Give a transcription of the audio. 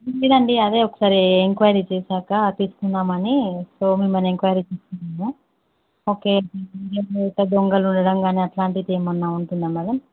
లేదండి అదే ఒకసారి ఎంక్వయిరీ చేశాక తీసుకుందామని సో మిమల్ని ఎంక్వయిరీ చేస్తున్నాము ఒకే దొంగలు ఉండడం కానీ అలాంటిది ఏమైనా ఉంటుందా మేడం